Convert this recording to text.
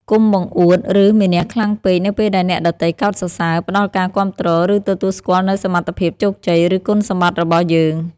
កុំបង្អួត ឬមានៈខ្លាំងពេក នៅពេលដែលអ្នកដទៃកោតសរសើរ ផ្តល់ការគាំទ្រ ឬទទួលស្គាល់នូវសមត្ថភាព ជោគជ័យ ឬគុណសម្បត្តិរបស់យើង។